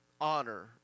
honor